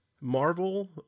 marvel